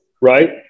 right